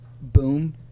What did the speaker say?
boom